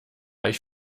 ich